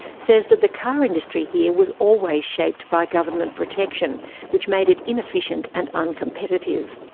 says that the car industry here was always shaped by government protection which made it inefficient and uncompetitive.